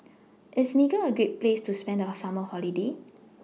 IS Niger A Great Place to spend The Summer Holiday